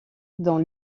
dans